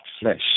flesh